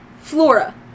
flora